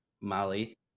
Mali